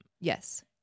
Yes